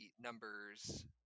numbers